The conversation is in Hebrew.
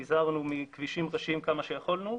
נזהרנו מכבישים ראשיים כמה שיכולנו.